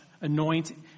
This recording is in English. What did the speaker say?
anoint